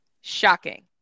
Shocking